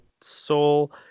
soul